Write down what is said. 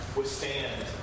withstand